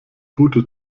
gute